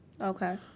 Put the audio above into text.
Okay